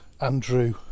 Andrew